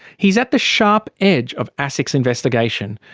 he's at the sharp edge of asic's investigation.